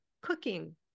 cooking